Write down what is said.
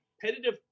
competitive